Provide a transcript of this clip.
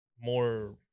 more